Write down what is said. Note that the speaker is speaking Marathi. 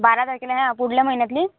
बारा तारखेला ह्या पुढल्या महिन्यातली